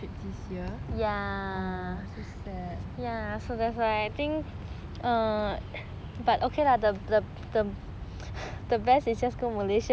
this year orh so sad